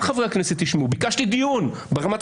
בסדר.